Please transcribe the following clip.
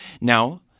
Now